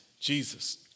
Jesus